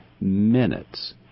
minutes